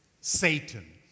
Satan